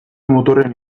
motorrean